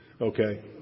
Okay